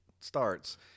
starts